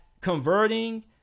converting